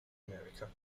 america